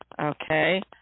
Okay